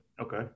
Okay